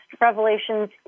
revelations